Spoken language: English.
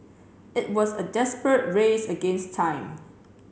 it was a desperate race against time